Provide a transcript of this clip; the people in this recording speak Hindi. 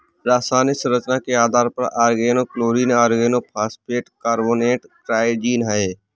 रासायनिक संरचना के आधार पर ऑर्गेनोक्लोरीन ऑर्गेनोफॉस्फेट कार्बोनेट ट्राइजीन है